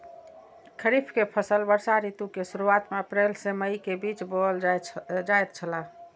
खरीफ के फसल वर्षा ऋतु के शुरुआत में अप्रैल से मई के बीच बौअल जायत छला